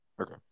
Okay